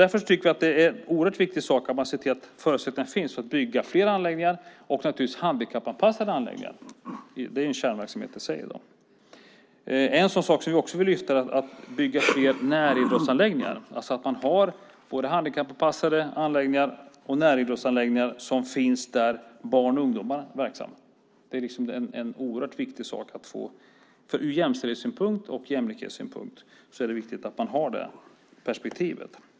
Därför tycker vi att det är oerhört viktigt att se till att förutsättningar finns för att bygga fler och naturligtvis handikappanpassade anläggningar - i dag en kärnverksamhet i sig. Vi lyfter också fram byggandet av fler näridrottsanläggningar, att det finns både handikappanpassade anläggningar och näridrottsanläggningar där barn och ungdomar är verksamma. Detta är oerhört viktigt. Från både jämställdhetssynpunkt och jämlikhetssynpunkt är det viktigt att ha det perspektivet.